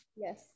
Yes